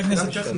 עניין טכני